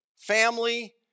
family